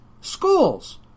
Schools